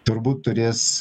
turbūt turės